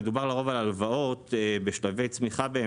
מדובר לרוב על הלוואות בשלבי צמיחה,